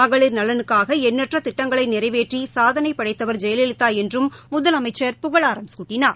மகளிர் நலனுக்காக எண்ணற்ற திட்டங்களை நிறைவேற்றி சாதனை படைத்தவர் ஜெயலலிதா என்று முதலமைச்சர் புகழாராம் குட்டினார்